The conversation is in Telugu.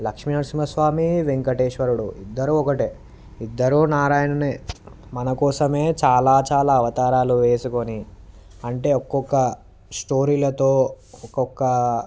లక్ష్మీనరసింహ స్వామి వెంకటేశ్వరుడు ఇద్దరు ఒకటే ఇద్దరూ నారాయణుడే మన కోసమే చాలా చాలా అవతారాలు వేసుకొని అంటే ఒక్కొక్క స్టోరీలతో ఒక్కొక్క